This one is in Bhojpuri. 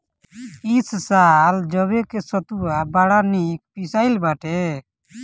इ साल जवे के सतुआ बड़ा निक पिसाइल बाटे